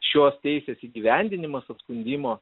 šios teisės įgyvendinimas apskundimo